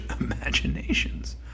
imaginations